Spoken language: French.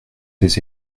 des